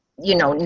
you know know,